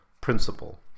principle